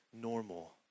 normal